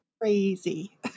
crazy